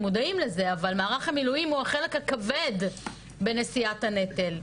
מודעים לזה אבל מערך המילואים הוא החלק הכבד בנשיאת הנטל,